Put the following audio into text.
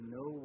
no